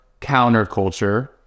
counterculture